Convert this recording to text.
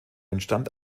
entstand